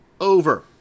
over